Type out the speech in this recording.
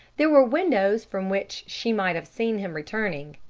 there were windows from which she might have seen him returning,